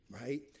right